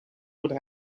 would